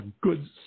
good